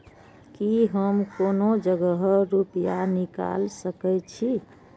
की हम कोनो जगह रूपया निकाल सके छी?